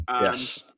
Yes